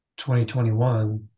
2021